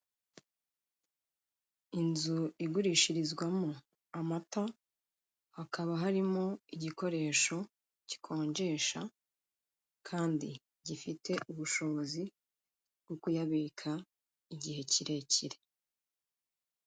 Inzu igurishirizwamo amata, hakaba harimo igikoresho gikonjesha kandi gifite ubushobozi bwo kuyabika igihe kirekire.